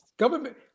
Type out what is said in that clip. government